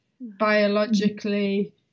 biologically